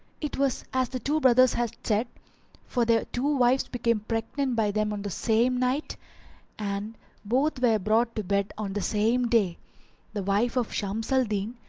it was as the two brothers had said for their two wives became pregnant by them on the same night and both were brought to bed on the same day the wife of shams al-din,